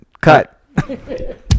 Cut